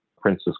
Princess